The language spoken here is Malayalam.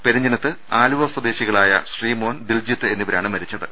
പെരിഞ്ഞനത്ത് ആലുവ സ്വദേശികളായ ശ്രീമോൻ ദിൽജിത്ത് എന്നിവരാണ് മരിച്ചത്